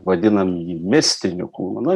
vadinam jį mistiniu kūnu